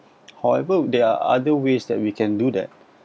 however there are other ways that we can do that